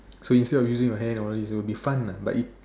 free free of using your hands all this will be fun lah but it